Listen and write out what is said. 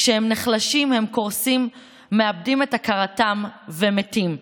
כשהם נחלשים הם קורסים, מאבדים את הכרתם ומתים".